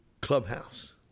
clubhouse